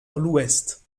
l’ouest